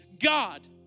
God